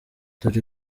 dore